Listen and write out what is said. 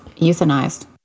euthanized